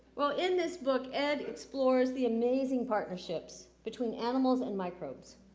well, in this book, ed explores the amazing partnerships between animals and microbes.